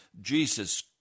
Jesus